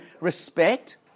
respect